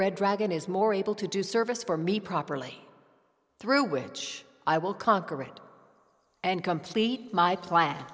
red dragon is more able to do service for me properly through which i will conquer it and complete my clas